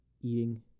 eating